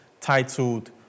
titled